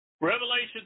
Revelation